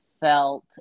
felt